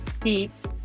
tips